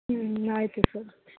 ಹ್ಞೂ ಆಯಿತು ಸರ್